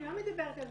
אני לא מדברת על זה,